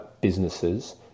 businesses